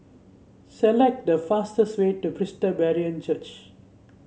select the fastest way to Presbyterian Church